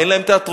אין להם תיאטרון,